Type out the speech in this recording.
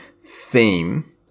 theme